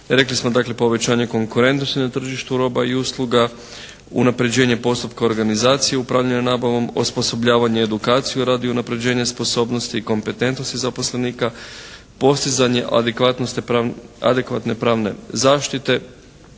Rekli smo dakle, povećanje konkurentnosti na tržištu roba i usluga, unapređenje postupka organizacije upravljanja nabavom, osposobljavanje edukacije radi unapređenja sposobnosti i kompetentnosti zaposlenika, postizanje adekvatne pravne zaštite